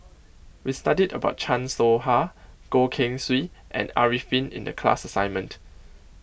we studied about Chan Soh Ha Goh Keng Swee and Arifin in the class assignment